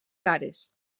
cares